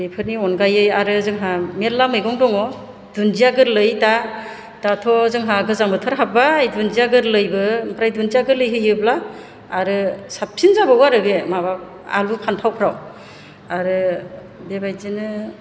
बेफोरनि अनगायै आरो जोंहा मेल्ला मैगं दङ दुन्दिया गोरलै दा दाथ' जोंहा गोजां बोथोर हाब्बाय दुन्दिया गोरलैबो ओमफ्राय दुन्दिया गोरलै होयोबा आरो साबसिन जाबावो आरो बे माबा आलु फानथावफोराव आरो बेबायदिनो